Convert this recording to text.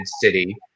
city